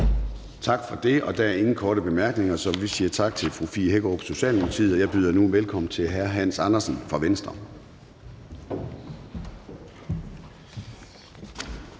Gade): Der er ingen korte bemærkninger, så vi siger tak til fru Fie Hækkerup, Socialdemokratiet. Og jeg byder nu velkommen til hr. Hans Andersen fra Venstre.